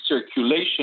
circulation